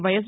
YS